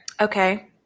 Okay